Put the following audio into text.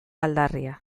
aldarria